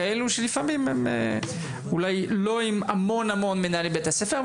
שלא עם המון מנהלי בתי ספר,